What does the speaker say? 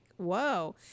Whoa